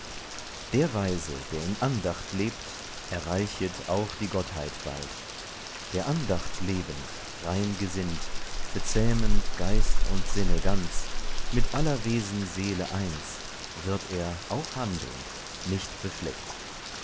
der weise der in andacht lebt erreichet auch die gottheit bald der andacht lebend reingesinnt bezähmend geist und sinne ganz mit aller wesen seele eins wird er auch handelnd nicht befleckt